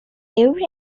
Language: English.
every